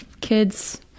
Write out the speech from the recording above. kids